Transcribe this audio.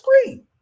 screen